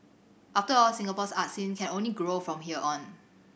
after all Singapore's art scene can only grow from here on